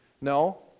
No